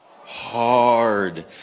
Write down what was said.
hard